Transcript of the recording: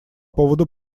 поводу